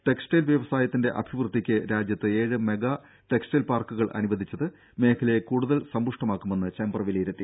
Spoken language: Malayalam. ടെക്സ്റ്റൈൽ വ്യവസായത്തിന്റെ അഭിവൃദ്ധിക്ക് രാജ്യത്ത് ഏഴ് മെഗാ ടെക്സ്റ്റൈൽ പാർക്കുകൾ അനുവദിച്ചത് മേഖലയെ കൂടുതൽ സമ്പുഷ്ടമാക്കുമെന്ന് ചേംബർ വിലയിരുത്തി